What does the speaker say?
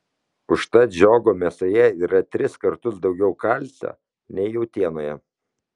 užtat žiogo mėsoje yra tris kartus daugiau kalcio nei jautienoje